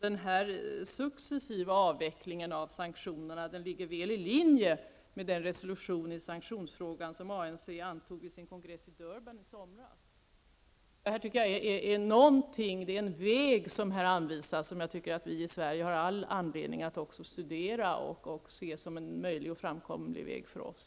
Den här successiva avvecklingen av sanktionerna ligger väl i linje med den resolution i sanktionsfrågan som ANC antog på sin kongress i Det är en väg, som här anvisas. Jag tycker att vi i Sverige har all anledning att studera den och se den som en möjlig och framkomlig väg även för oss.